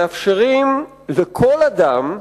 מאפשרים לכל אדם,